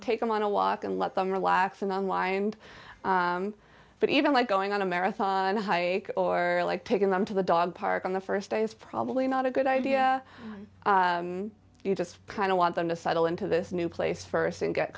take them on a walk and let them relax and unwind but even like going on a marathon hike or like taking them to the dog park on the st day is probably not a good idea you just kind of want them to settle into this new place st and g